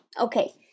Okay